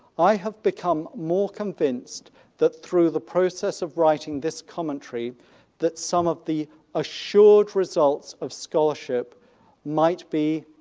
i have become more convinced that through the process of writing this commentary that some of the assured results of scholarship might be,